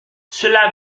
cela